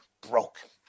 broken